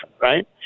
right